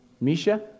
Misha